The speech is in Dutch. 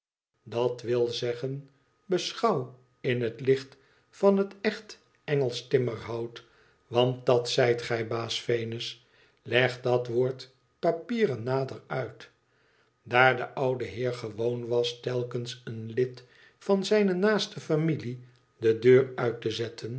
dat wil zeggen beschouwd in het licht van het echt engelsch timmerhout want dat zijt gij baas venus leg dat woord papieren nader uit daar de oude heer gewoon was telkens een lid van zijne naaste tamilie de deur uit te zetten